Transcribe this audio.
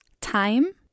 time